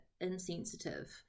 insensitive